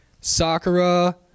Sakura